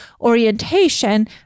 orientation